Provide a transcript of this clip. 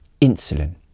insulin